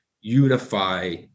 unify